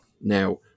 Now